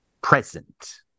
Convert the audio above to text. present